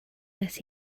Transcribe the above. wnes